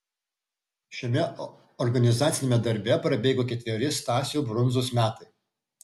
šiame organizaciniame darbe prabėgo ketveri stasio brundzos metai